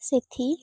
ସେଠି